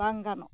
ᱵᱟᱝ ᱜᱟᱱᱚᱜᱼᱟ